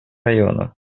районов